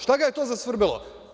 Šta ga je to zasvrbelo?